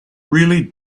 really